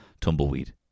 tumbleweed